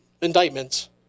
Indictments